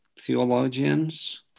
theologians